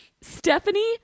stephanie